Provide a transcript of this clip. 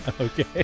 Okay